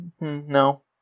no